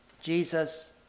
Jesus